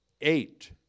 eight